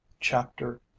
Chapter